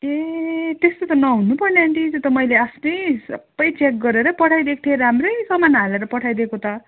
ए त्यस्तो त नहुनुपर्ने आन्टी त्यो त मैले आफ्नै सबै चेक गरेरै पठाइदिएको थिएँ राम्रै सामान हालेर पठाइदिएको त